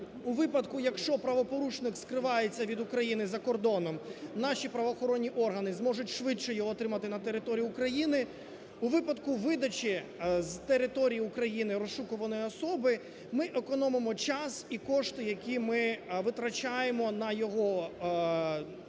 у випадку, якщо правопорушник скривається від України за кордоном, наші правоохоронні органи зможуть швидше його отримати на територію України, у випадку видачі з території України розшукуваної особи ми економимо час і кошти, які ми витрачаємо на його утримання